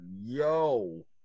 yo